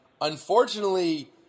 unfortunately